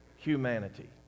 humanity